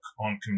on